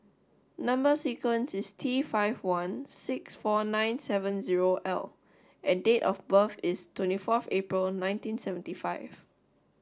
number sequence is T five one six four nine seven zero L and date of birth is twenty four April nineteen seventy five